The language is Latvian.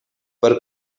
par